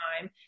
time